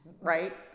right